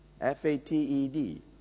F-A-T-E-D